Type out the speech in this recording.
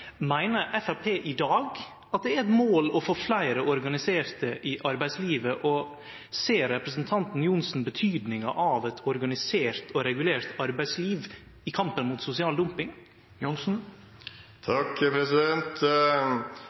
Meiner Framstegspartiet i dag at det er eit mål å få fleire organiserte i arbeidslivet, og ser representanten Johnsen betydninga av eit organisert og regulert arbeidsliv i kampen mot sosial dumping?